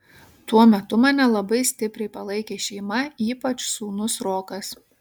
tuo metu mane labai stipriai palaikė šeima ypač sūnus rokas